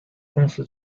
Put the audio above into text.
公司